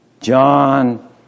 John